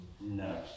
No